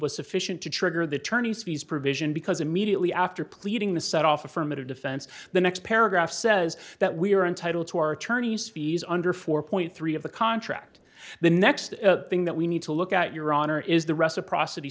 was sufficient to trigger the attorney's fees provision because immediately after pleading the set off affirmative defense the next paragraph says that we are entitled to our attorneys fees under four point three of the contract the next thing that we need to look at your honor is the reciprocity